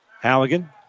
Halligan